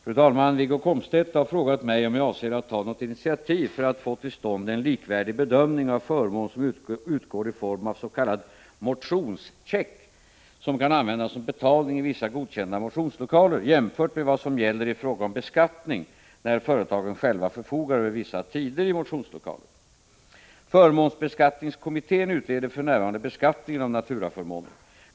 Fru talman! Wiggo Komstedt har frågat mig om jag avser att ta något initiativ för att få till stånd en likvärdig bedömning av förmån som utgår i form avs.k. motionscheck som kan användas som betalning i vissa godkända motionslokaler jämfört med vad som gäller i fråga om beskattning när företagen själva förfogar över vissa tider i motionslokaler. Förmånsbeskattningskommittén utreder för närvarande beskattningen av naturaförmåner.